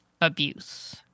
abuse